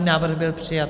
Návrh byl přijat.